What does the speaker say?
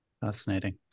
Fascinating